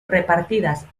repartidas